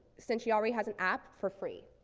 since she already has an app for free.